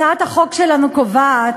הצעת החוק שלנו קובעת,